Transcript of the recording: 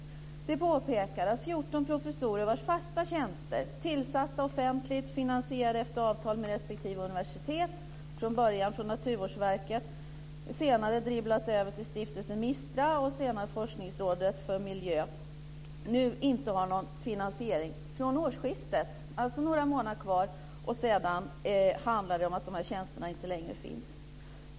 De påpekar att 14 professorer vilkas fasta tjänster, tillsatta offentligt och finansierade efter avtal med respektive universitet - från början från Naturvårdsverket, sedan dribblade över till stiftelsen MISTRA och sedan till Forskningsrådet för miljö - nu inte har någon finansiering från årsskiftet. Det är alltså några månader kvar och sedan handlar det om att de här tjänsterna inte längre finns.